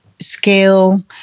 scale